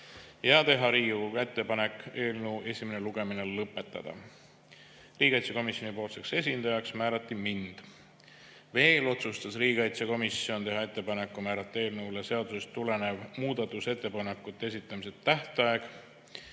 ja teha Riigikogule ettepanek eelnõu esimene lugemine lõpetada. Riigikaitsekomisjoni esindajaks määrati mind. Veel otsustas riigikaitsekomisjon teha ettepaneku määrata seadusest tulenev muudatusettepanekute esitamise tähtaeg,